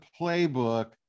playbook